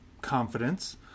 confidence